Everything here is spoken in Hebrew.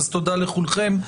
תודה לכולכם.